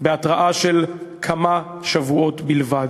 בהתראה של כמה שבועות בלבד.